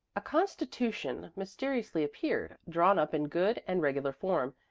a constitution mysteriously appeared, drawn up in good and regular form,